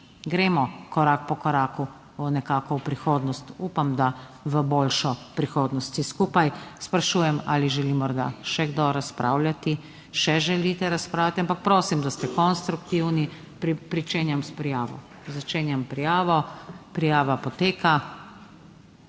gremo korak po koraku, nekako v prihodnost, upam, da v boljšo prihodnost vsi skupaj. Sprašujem, ali želi morda še kdo razpravljati? (Da.) Še želite razpravljati, ampak prosim, da ste konstruktivni. Pričenjam s prijavo. Začenjam prijavo. Prijava poteka.